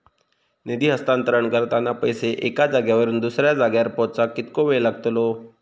निधी हस्तांतरण करताना पैसे एक्या जाग्यावरून दुसऱ्या जाग्यार पोचाक कितको वेळ लागतलो?